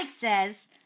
says